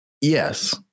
Yes